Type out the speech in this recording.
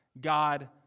God